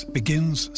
begins